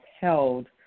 held